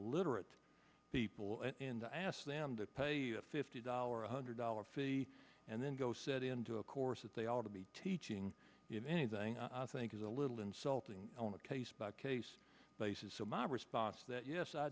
literate people and i asked them to pay the fifty dollars one hundred dollar fee and then go said into a course that they ought to be teaching in anything i think is a little insulting on a case by case basis i'm odd response that yes i